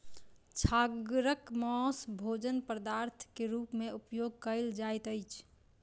छागरक मौस भोजन पदार्थ के रूप में उपयोग कयल जाइत अछि